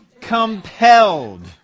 compelled